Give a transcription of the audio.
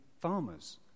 farmers